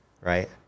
Right